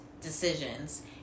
decisions